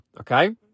okay